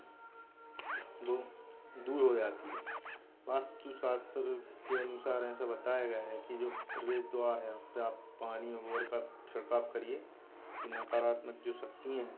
वह दूर हो जाती है वास्तु शस्त्र के अनुसार ऐसा बताया गया है कि जो प्रवेश द्वार है उसपे आप पानी और का छिड़काव करिए की नकारात्मक जो शक्ति है